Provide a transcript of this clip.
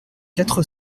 quatre